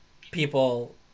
people